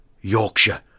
Yorkshire